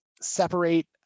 Separate